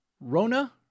Rona